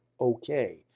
okay